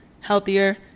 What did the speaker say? healthier